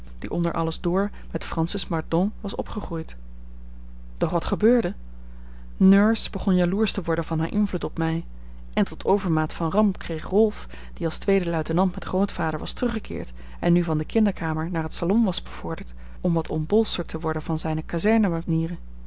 die onder alles door met francis mordaunt was opgegroeid doch wat gebeurde nurse begon jaloersch te worden van haar invloed op mij en tot overmaat van ramp kreeg rolf die als tweede luitenant met grootvader was teruggekeerd en nu van de kinderkamer naar het salon was bevorderd om wat ontbolsterd te worden van zijne